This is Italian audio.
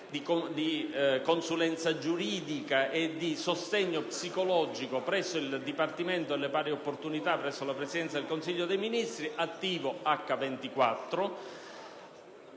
di consulenza giuridica e di sostegno psicologico presso il Dipartimento per le pari opportunità presso la Presidenza del Consiglio dei ministri, attivo 24